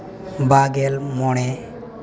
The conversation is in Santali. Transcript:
ᱵᱟᱜᱮᱞ ᱢᱚᱬᱮ